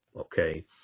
Okay